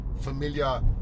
familiar